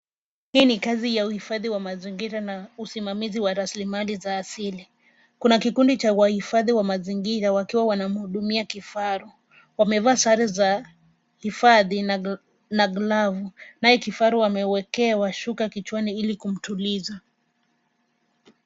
Hii ni kazi ya uhifadhi wa mazingira na usimamizi rasilimali za asili. Kuna kikundi cha wahifadhi wa mazingira wakiwa wanamhudumia kifaru. Wamefaa sare za hifadhi na glavu naye kifaru amwekewa shuka kichwani ili kumtuliza.